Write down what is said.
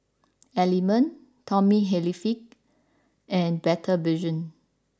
Element Tommy Hilfiger and Better Vision